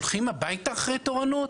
הולכים הביתה אחרי תורנות?